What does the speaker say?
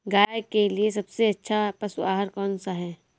गाय के लिए सबसे अच्छा पशु आहार कौन सा है?